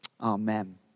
Amen